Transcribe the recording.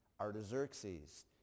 Artaxerxes